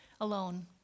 alone